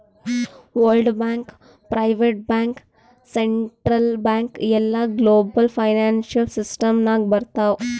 world bank, private bank, central bank ಎಲ್ಲಾ global financial system ನಾಗ್ ಬರ್ತಾವ್